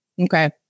Okay